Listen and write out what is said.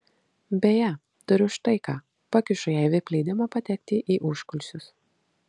beje turiu štai ką pakišu jai vip leidimą patekti į užkulisius